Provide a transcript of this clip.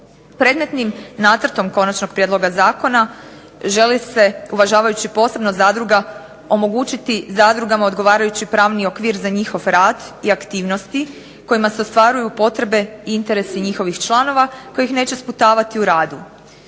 Predmetnim nacrtom konačnog prijedloga zakona želi se, uvažavajući posebnost zadruga, omogućiti zadrugama odgovarajući pravni okvir za njihov rad i aktivnosti kojima se ostvaruju potrebe i interesi njihovih članova koje ih neće sputavati u radu.